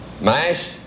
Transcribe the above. MASH